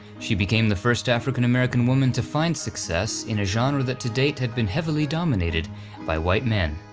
she became the first african-american woman to find success in a genre that to date had been heavily dominated by white men.